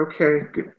Okay